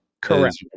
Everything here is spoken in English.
Correct